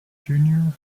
junior